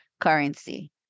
currency